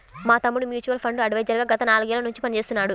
మా తమ్ముడు mutual fund advisor గా గత నాలుగేళ్ళ నుంచి పనిచేస్తున్నాడు